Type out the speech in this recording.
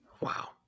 Wow